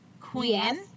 queen